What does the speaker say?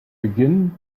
beginn